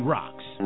Rocks